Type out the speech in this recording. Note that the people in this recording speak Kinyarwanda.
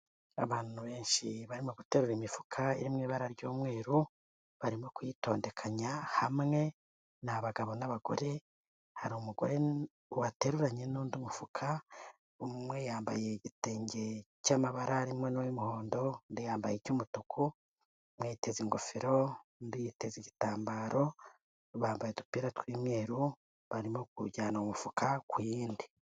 Abantu benshi barimo guterura imifuka iri mu ibara ry'umweru, barimo kuyitondekanya hamwe; ni abagabo n'abagore, hari umugore wateruranye n'undi umufuka, umwe yambaye igitenge cy'amabara arimo n'ay'umuhondo, undi yambaye icy'umutuku, umwe yiteza ingofero, undi yiteze igitambaro, bambaye udupira tw'umweru, barimo kujyana umufuka ku yindi.